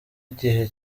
igihe